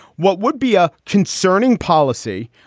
what would be a concerning policy,